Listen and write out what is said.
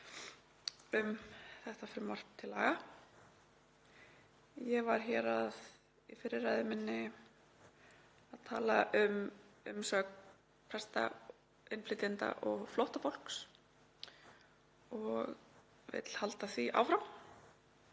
um þetta frumvarp til laga. Ég var hér í fyrri ræðu minni að tala um umsögn presta innflytjenda og flóttafólks og vil halda því áfram.